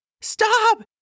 Stop